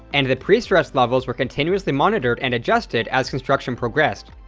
and the pre-stress levels were continuously monitored and adjusted as construction progressed.